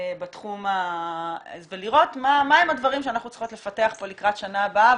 בתחום הזה ולראות מה הם הדברים שאנחנו צריכות לפתח פה לקראת שנה הבאה,